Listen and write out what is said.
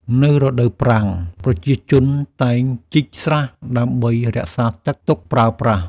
នៅរដូវប្រាំង ប្រជាជនតែងជីកស្រះដើម្បីរក្សាទឹកទុកប្រើប្រាស់។